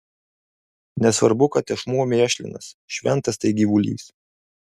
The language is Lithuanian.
nesvarbu kad tešmuo mėšlinas šventas tai gyvulys